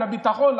לביטחון,